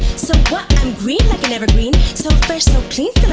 so what i'm green like an evergreen so fresh so clean,